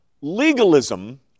Legalism